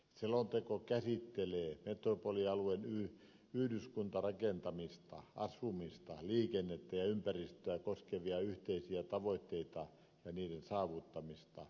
selonteko käsittelee metropolialueen yhdyskuntarakentamista asumista liikennettä ja ympäristöä koskevia yhteisiä tavoitteita ja niiden saavuttamista